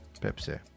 Pepsi